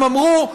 הם אמרו: